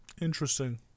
Interesting